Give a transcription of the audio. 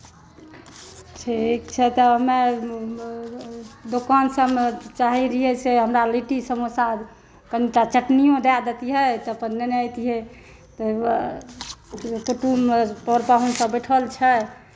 ठीक छै तऽ हमे दोकान सभमे चाहै रहिए से हमरा लिट्टी समोसा कनिटा चटनिओ दए दितियै तऽ लेने एतियै रह कुटुम्ब पर पाहुन सभ बैठल छै